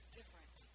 different